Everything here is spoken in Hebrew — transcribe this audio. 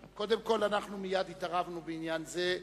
אנחנו מייד התערבנו בעניין זה,